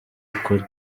ukuri